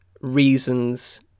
reasons